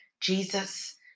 Jesus